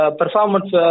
performance